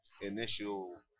initial